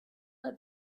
let